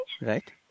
right